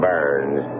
Burns